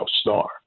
star